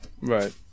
Right